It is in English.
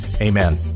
Amen